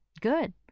good